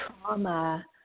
trauma